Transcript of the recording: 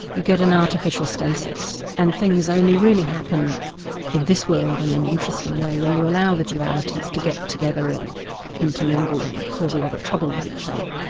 you get an artificial stasis and things only really happen in this world in and an interesting way when you allow the dualities to get together and intermingle and cause a lot of trouble with each other.